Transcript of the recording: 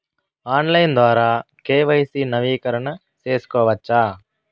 Online ద్వారా KYC నవీకరణ సేసుకోవచ్చా?